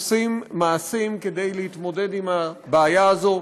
עושים מעשים כדי להתמודד עם הבעיה הזאת,